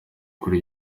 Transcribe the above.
kuri